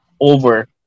over